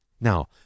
Now